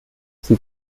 sie